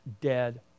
dead